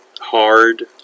hard